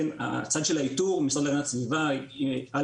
הצד של האיתור הוא המשרד להגנת הסביבה על